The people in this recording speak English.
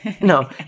No